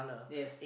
yes